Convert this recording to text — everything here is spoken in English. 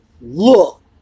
Look